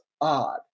odd